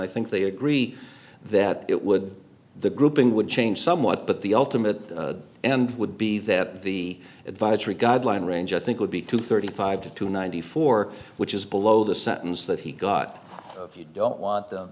i think they agree that it would the grouping would change somewhat but the ultimate and would be that the advisory guideline range i think would be to thirty five to to ninety four which is below the sentence that he got if you don't want them